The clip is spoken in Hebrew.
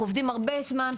אנחנו עובדים הרבה זמן,